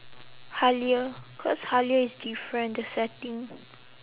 Halia cause Halia is different the setting